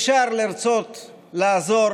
אפשר לרצות לעזור